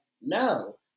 no